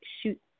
shoot